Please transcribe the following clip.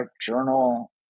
journal